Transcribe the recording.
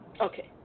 Okay